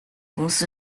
公司